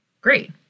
great